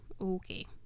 okay